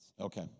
Okay